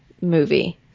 movie